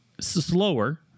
slower